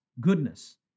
goodness